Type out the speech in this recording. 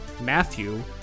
Matthew